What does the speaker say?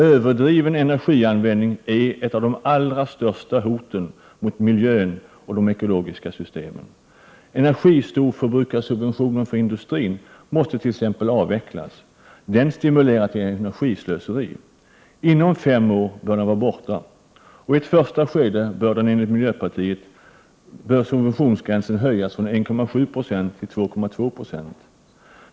Överdriven energianvändning är ett av de allra största hoten mot miljön och de ekologiska systemen. Energistorförbrukarsubventionen för industrin måste t.ex. avvecklas. Den stimulerar till energislöseri. Inom fem år bör den vara borta. I ett första steg bör enligt miljöpartiet de gröna subventionsgränsen höjas från 1,7 9o till 2,2 7Zo.